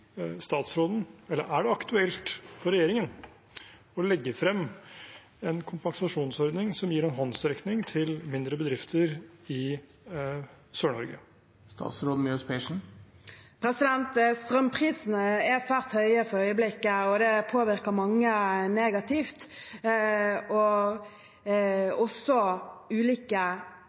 Er det aktuelt for regjeringen å legge frem en kompensasjonsordning som gir en håndsrekning til mindre bedrifter i Sør-Norge? Strømprisene er svært høye for øyeblikket, og det påvirker mange negativt, og ulike